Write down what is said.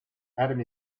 adam